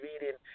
reading